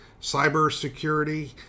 cybersecurity